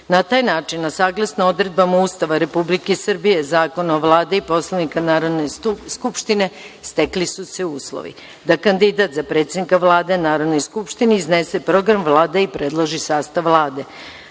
taj način, a saglasno odredbama Ustava Republike Srbije, Zakona o Vladi i Poslovnika Narodne skupštine, stekli su se uslovi: da kandidat za predsednika Vlade Narodnoj skupštini iznese program Vlade i predloži sastav Vlade,